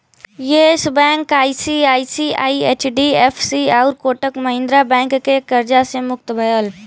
yes Bank ICICI, HDFC आउर Kotak Mahindra bank के कर्जा से मुक्त भयल